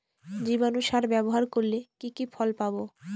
জীবাণু সার ব্যাবহার করলে কি কি ফল পাবো?